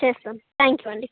okay sir thank you అండీ